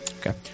Okay